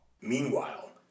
Meanwhile